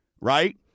right